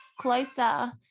closer